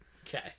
Okay